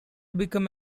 become